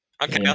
Okay